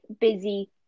busy